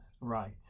Right